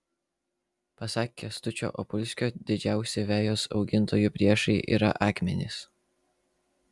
pasak kęstučio opulskio didžiausi vejos augintojų priešai yra akmenys